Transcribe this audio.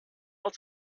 not